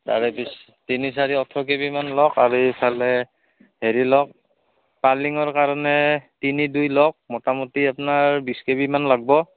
তাৰে পিছ তিনি চাৰি ওঠৰ কেবিমান লওক আৰু ইফালে হেৰি লওক পাৰ্লিঙৰ কাৰণে তিনি দুই লওক মোটামুটি আপোনাৰ বিছ কেবিমান লাগব